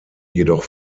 jedoch